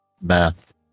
Math